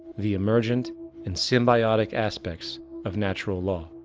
the emergent and symbiotic aspects of natural law.